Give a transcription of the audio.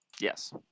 Yes